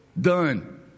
Done